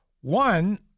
One